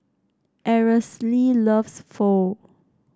Aracely loves Pho